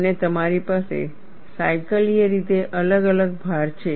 અને તમારી પાસે સાયકલીય રીતે અલગ અલગ ભાર છે